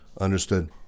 Understood